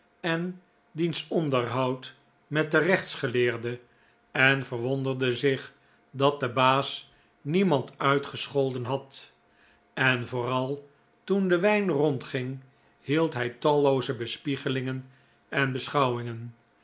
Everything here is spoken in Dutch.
en diens onderhoud met den rechtsgeleerde en verwonderde zich dat de baas niemand uitgescholden had en vooral toen de wijn rondging hield hij tallooze bespiegelingen en beschouwingen